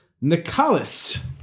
Nicholas